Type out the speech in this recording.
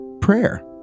Prayer